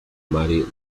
mary